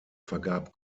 vergab